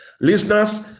Listeners